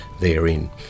therein